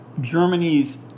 Germany's